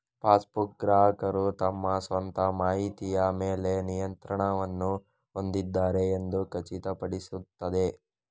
passbook, ಗ್ರಾಹಕರು ತಮ್ಮ ಸ್ವಂತ ಮಾಹಿತಿಯ ಮೇಲೆ ನಿಯಂತ್ರಣವನ್ನು ಹೊಂದಿದ್ದಾರೆ ಎಂದು ಖಚಿತಪಡಿಸುತ್ತದೆ